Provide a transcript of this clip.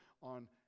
on